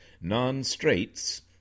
non-straits